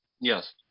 Yes